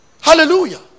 Hallelujah